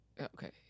Okay